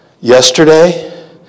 Yesterday